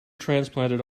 transplanted